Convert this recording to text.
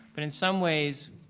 but in some ways,